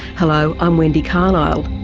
hello, i'm wendy carlisle.